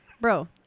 Bro